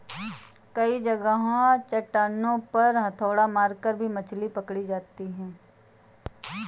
कई जगह चट्टानों पर हथौड़ा मारकर भी मछली पकड़ी जाती है